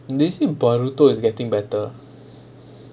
did you see barito is getting better